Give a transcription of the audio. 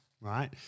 Right